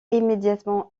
immédiatement